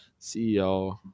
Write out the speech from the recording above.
ceo